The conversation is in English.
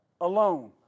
Alone